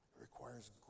requires